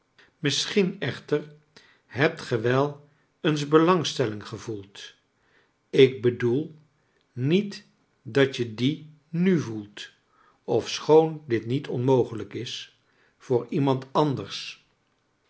misschien echter hebt ge wel eens belangstelling gevoeld ik bedoel niet dat je die mi voelt ofschoon dit niet onmogelijk is voor iemand anders